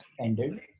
ended